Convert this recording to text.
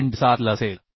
7 Lअसेल